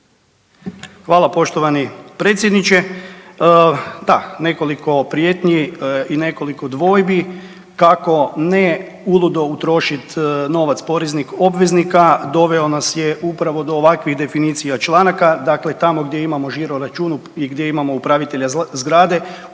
Hvala poštovani predsjedniče. Da, nekoliko prijetnji i nekoliko dvojbi kako ne uludo utrošiti novac poreznih obveznika doveo nas je upravo do ovakvih definicija članaka. Dakle, tamo gdje imamo žiro račun i gdje imamo upravitelja zgrade